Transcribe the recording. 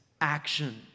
action